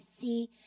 See